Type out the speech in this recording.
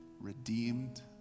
redeemed